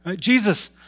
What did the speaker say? Jesus